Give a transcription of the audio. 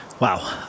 Wow